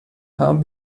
haben